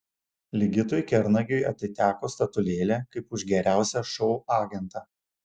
ligitui kernagiui atiteko statulėlė kaip už geriausią šou agentą